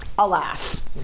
Alas